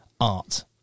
art